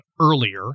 earlier